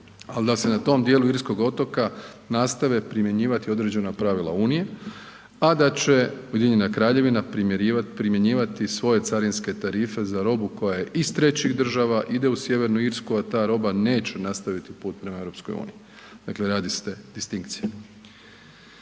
ali da se na tom djelu irskog otoka nastave primjenjivati određena pravila Unije a da će Ujedinjena Kraljevina primjenjivati svoje carinske tarife za robu koja iz trećih država ide u Sj. Irsku a ta roba neće nastaviti put prema EU-u. Dakle, radi se distinkcija.